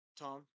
Tom